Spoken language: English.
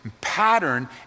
pattern